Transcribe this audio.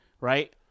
right